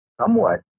somewhat